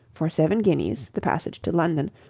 for seven guineas, the passage to london,